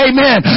Amen